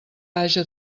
haja